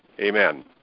Amen